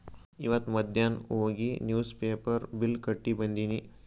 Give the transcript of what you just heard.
ಇವತ್ ಮಧ್ಯಾನ್ ಹೋಗಿ ನಿವ್ಸ್ ಪೇಪರ್ ಬಿಲ್ ಕಟ್ಟಿ ಬಂದಿನಿ